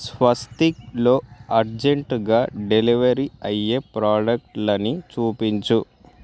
స్వస్తిక్లో అర్జెంట్గా డెలివరీ అయ్యే ప్రోడక్టులని చూపించుము